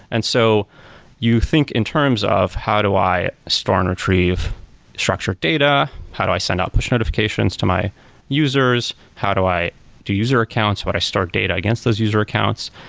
and so you think in terms of how do i store and retrieve structured data? how do i send out push notifications to my users? how do i do user accounts when i start data against those user accounts?